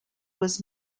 was